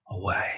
away